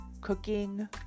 cooking